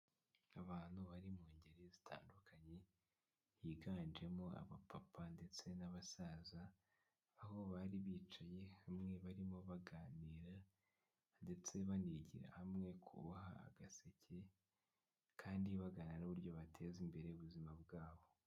Abantu bari mu ngeri zitandukanye higanjemo abapapa ndetse n'abasaza, aho bari bicaye hamwe barimo baganira ndetse banigira hamwe kuboha agaseke, kandi baganira n'uburyo bateza imbere ubuzima bwabo.